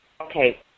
okay